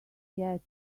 yet